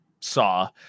saw